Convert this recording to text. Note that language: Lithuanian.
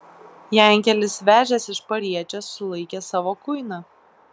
jankelis vežęs iš pariečės sulaikė savo kuiną